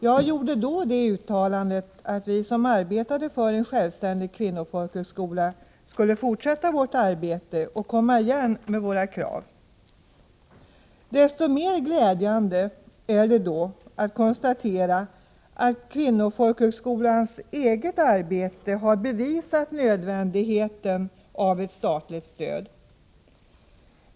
Jag gjorde då det uttalandet att vi som arbetade för en självständig kvinnofolkhögskola skulle fortsätta vårt arbete och komma igen med våra krav. Desto mer glädjande är det att konstatera att kvinnofolkhögskolans eget arbete har bevisat nödvändigheten av ett statligt stöd.